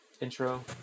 intro